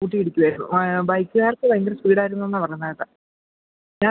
കൂട്ടി ഇടിക്കുവായിരുന്നു ആ ബൈക്കുകാർക്ക് ഭയങ്കര സ്പീഡ് ആയിരുന്നു എന്നാണ് പറയുന്നത് കേട്ടത് ഞാൻ